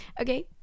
Okay